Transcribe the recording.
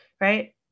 right